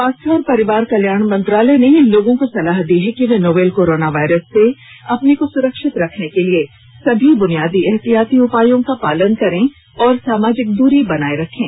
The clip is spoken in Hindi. स्वास्थ्य और परिवार कल्याण मंत्रालय ने लोगों को सलाह दी है कि वे नोवल कोरोना वायरस से अपने को सुरक्षित रखने के लिए सभी बुनियादी एहतियाती उपायों का पालन करें और सामाजिक दूरी बनाए रखें